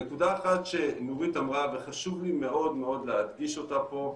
נקודה אחת שנורית אמרה וחשוב לי מאוד מאוד להדגיש אותה פה,